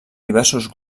diversos